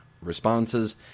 responses